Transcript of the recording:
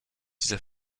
dieser